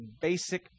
basic